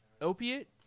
opiate